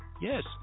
Yes